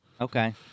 Okay